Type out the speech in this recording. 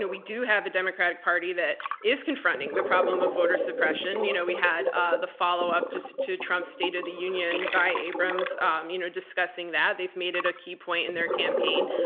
we do have a democratic party that is confronting the problem of voter suppression. you know we had ah the follow up to so to trump's state of the union by abrams um you know discussing that. they've made it a key point in their campaign,